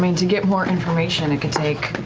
i mean to get more information, it could take